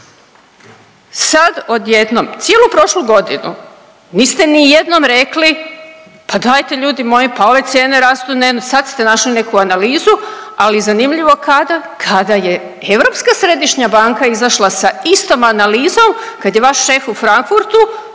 Sad odjednom cijelu prošlu godinu niste ni jednom rekli pa dajte ljudi moji, pa ove cijene rastu sad ste našli neku analizu, ali zanimljivo kada? Kada je Europska središnja banka izašla sa istom analizom, kad je vaš šef u Frankfurtu